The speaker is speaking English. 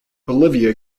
olivia